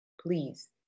please